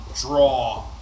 draw